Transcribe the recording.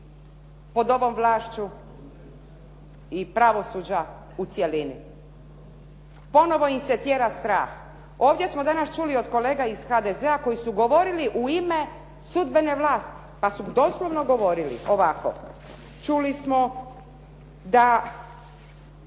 pod ovom vlašću i pravosuđa u cjelini. Ponovo im se tjera strah. Ovdje smo danas čuli od kolega iz HDZ-a koji su govorili u ime sudbene vlasti pa su doslovno govorili ovako. Čuli smo da